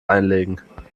einlegen